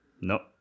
No